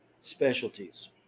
specialties